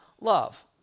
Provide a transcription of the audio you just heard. love